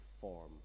form